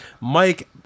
Mike